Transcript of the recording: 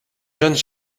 jeunes